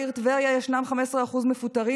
בעיר טבריה ישנם 15% מפוטרים,